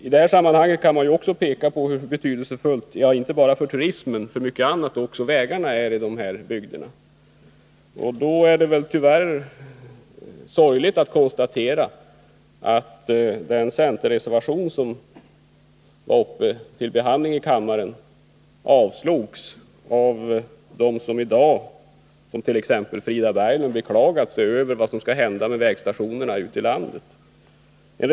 I det här sammanhanget kan man också visa på hur betydelsefulla — inte bara för turismen — vägarna i dessa bygder är. Det är sorgligt att behöva konstatera att den centerreservation som var uppe till behandling i kammaren för en vecka sedan avslogs av dem som i dag beklagat sig över vad som skall hända med vägstationerna ute i landet, bl.a. Frida Berglund.